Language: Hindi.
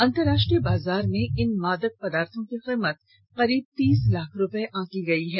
अंतरराष्ट्रीय बाजार में इन मादक पदार्थो की कीमत करीब तीस लाख रुपए आंकी गई है